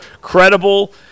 credible